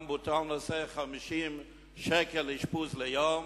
גם בוטל נושא של 50 שקל אשפוז ליום,